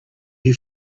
who